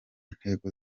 ntego